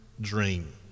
dream